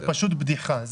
זה פשוט בדיחה.